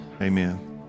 Amen